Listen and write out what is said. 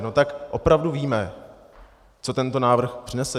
No tak opravdu víme, co tento návrh přinese?